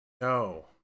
No